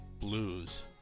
Blues